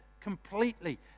completely